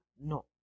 No